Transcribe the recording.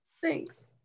Thanks